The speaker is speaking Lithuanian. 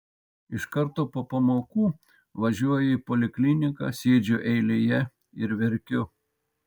iš karto po pamokų važiuoju į polikliniką sėdžiu eilėje ir verkiu